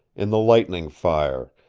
in the lightning fire,